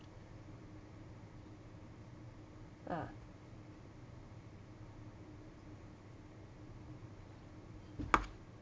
uh